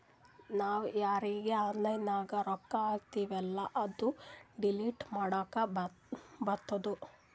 ನಾವ್ ಯಾರೀಗಿ ಆನ್ಲೈನ್ನಾಗ್ ರೊಕ್ಕಾ ಹಾಕ್ತಿವೆಲ್ಲಾ ಅದು ಡಿಲೀಟ್ ಮಾಡ್ಲಕ್ ಬರ್ತುದ್